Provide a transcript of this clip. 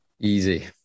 Easy